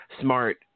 Smart